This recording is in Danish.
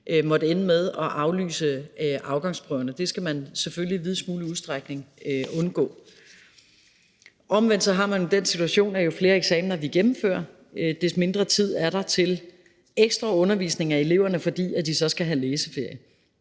måtte ende med at aflyse afgangsprøverne. Det skal man selvfølgelig i videst mulig udstrækning undgå. Omvendt har man jo den situation, at jo flere eksamener, vi gennemfører, des mindre tid er der til ekstra undervisning af eleverne, fordi de så skal have læseferie.